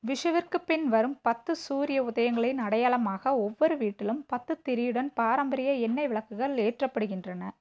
விஷுவிற்குப் பின் வரும் பத்து சூரிய உதயங்களின் அடையாளமாக ஒவ்வொரு வீட்டிலும் பத்து திரியுடன் பாரம்பரிய எண்ணெய் விளக்குகள் ஏற்றப்படுகின்றன